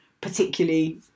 Particularly